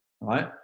Right